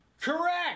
Correct